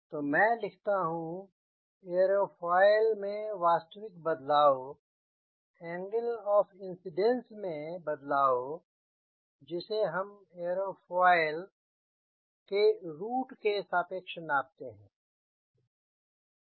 तो मैं लिखता हूँ यह एयरोफॉयल में वास्तविक बदलाव एंगल ऑफ़ इन्सिडेन्स में बदलाव जिसे हम एयरोफॉयल के रूट के सापेक्ष नापते हैं